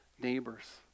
neighbors